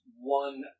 one